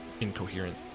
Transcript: incoherent